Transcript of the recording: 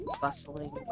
bustling